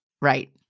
Right